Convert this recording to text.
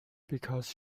because